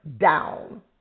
down